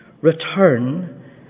return